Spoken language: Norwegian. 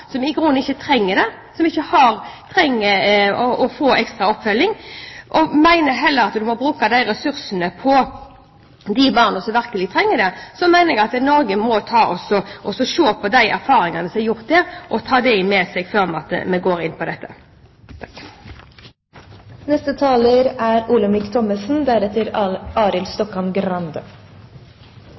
som i grunnen ikke trenger det, som ikke trenger å få ekstra oppfølging, og heller mener at man må bruke de ressursene på de barna som virkelig trenger det, mener jeg at Norge må se på de erfaringene som er gjort der, og ta dem med seg før vi går inn på dette.